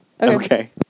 Okay